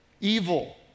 Evil